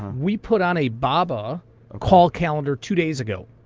um we put on a baba call calendar two days ago,